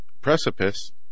Precipice